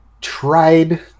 tried